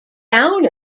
down